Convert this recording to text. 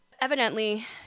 evidently